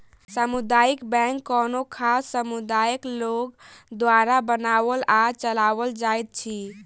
सामुदायिक बैंक कोनो खास समुदायक लोक द्वारा बनाओल आ चलाओल जाइत अछि